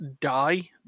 die